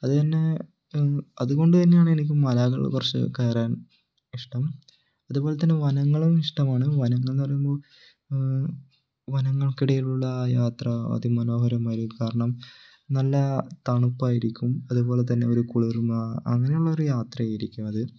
അത് തന്നെ അതുകൊണ്ട് തന്നെയാണ് എനിക്കും മലകൾ കുറച്ച് കയറാൻ ഇഷ്ടം അതുപോലെതന്നെ വനങ്ങളും ഇഷ്ടമാണ് വനങ്ങൾ എന്നു പറയുമ്പോൾ വനങ്ങൾക്കിടയിലുള്ള ആ യാത്ര അതിമനോഹരമായിരിക്കും കാരണം നല്ല തണുപ്പായിരിക്കും അതേപോലെതന്നെ ഒരു കുളിർമ്മ അങ്ങനെയുള്ളൊരു യാത്രയായിരിക്കും അത്